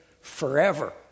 forever